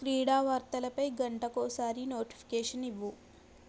క్రీడా వార్తలపై గంటకు ఒకసారి నోటిఫికేషన్ ఇవ్వు